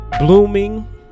blooming